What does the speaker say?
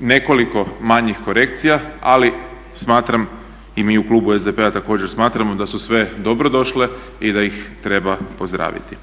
Nekoliko manjih korekcija ali smatram i mi u klubu SDP-a također smatramo da su sve dobro došle i da ih treba pozdraviti.